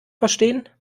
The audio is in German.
verstehen